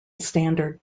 standard